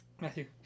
Matthew